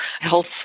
health